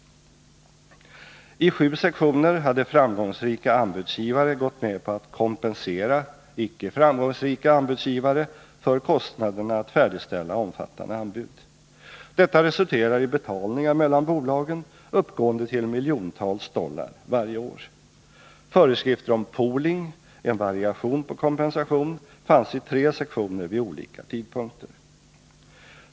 I sju sektioner hade framgångsrika anbudsgivare gått med på att ”kompensera” icke framgångsrika anbudsgivare för kostnaderna att färdigställa omfattande anbud. Detta resulterar i betalningar mellan bolagen uppgående till miljontals dollar varje år. Föreskrifter om ”pooling', en variation på kompensation, fanns i tre sektioner vid olika tidpunkter.